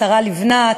השרה לבנת,